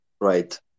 right